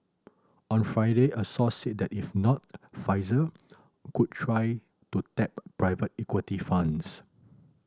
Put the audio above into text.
on Friday a source said that if not Pfizer could try to tap private equity funds